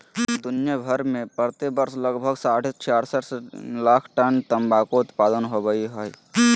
दुनिया भर में प्रति वर्ष लगभग साढ़े छियासठ लाख टन तंबाकू उत्पादन होवई हई,